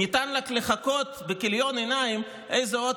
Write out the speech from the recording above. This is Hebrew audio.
ניתן רק לחכות בכיליון עיניים איזה עוד